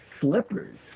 slippers